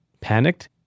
panicked